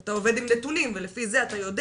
אתה עובד עם נתונים ולפי זה אתה יודע: